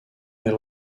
elle